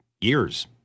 years